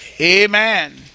Amen